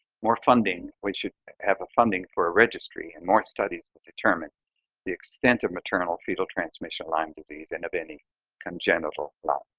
more funding, we should have a funding for a registry and more studies would determine the extent of maternal fetal transmission of lyme disease and of any congenital lyme